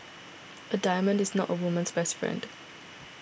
a diamond is not a woman's best friend